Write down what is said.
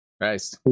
Nice